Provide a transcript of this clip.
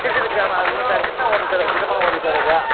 CCTV camera இல்லை sir சின்ன hotel sir அது திடமான ஹோட்டல் சார் அது